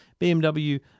BMW